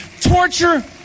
torture